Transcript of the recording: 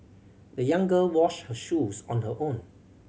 the young girl washed her shoes on her own